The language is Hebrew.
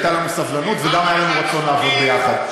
הייתה לנו סבלנות וגם היה לנו רצון לעבוד ביחד,